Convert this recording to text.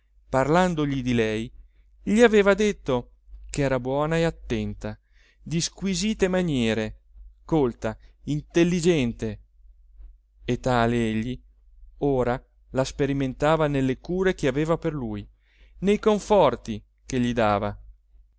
parlandogli di lei gli aveva detto ch'era buona e attenta di squisite maniere colta intelligente e tale egli ora la sperimentava nelle cure che aveva per lui nei conforti che gli dava